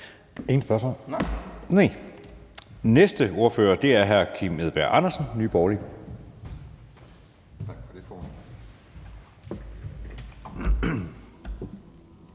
spørgsmål. Næste ordfører er hr. Kim Edberg Andersen, Nye Borgerlige.